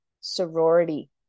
sorority